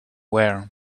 wear